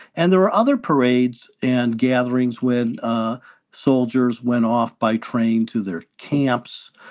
and there are other parades and gatherings when soldiers went off by train to their camps.